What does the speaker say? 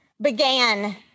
began